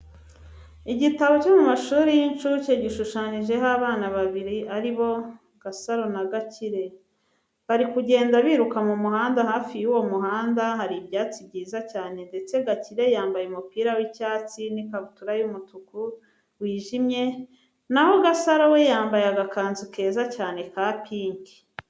Igitabo cyo mu mashuri y'inshuke gishushanyijeho abana babiri ari bo Gasaro na Gakire. Bari kugenda biruka mu muhanda, hafi y'uwo muhanda hari ibyatsi byiza cyane ndetse Gakire yambaye umupira w'icyatsi n'ikabutura y'umutuku wijimye, na ho Gasaro we yambaye agakanzu keza cyane ka pinki.